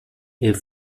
est